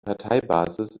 parteibasis